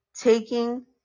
taking